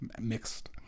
Mixed